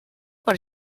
per